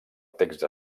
text